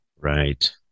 Right